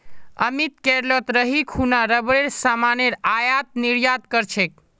अमित केरलत रही खूना रबरेर सामानेर आयात निर्यात कर छेक